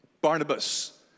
Barnabas